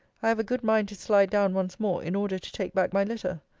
i have a good mind to slide down once more, in order to take back my letter.